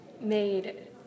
made